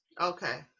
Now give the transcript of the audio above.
Okay